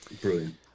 Brilliant